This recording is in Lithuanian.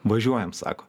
važiuojam sako